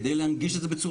כדי להנגיש את זה בצורה